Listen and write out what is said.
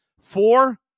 Four